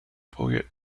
poet